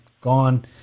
gone